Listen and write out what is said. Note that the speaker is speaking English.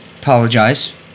Apologize